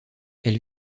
elle